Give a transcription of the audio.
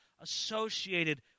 associated